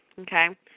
okay